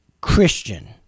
Christian